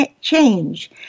change